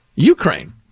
Ukraine